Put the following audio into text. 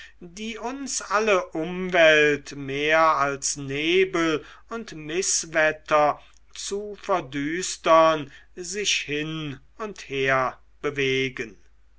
die uns alle umwelt mehr als nebel und mißwetter zu verdüstern sich hin und her bewegen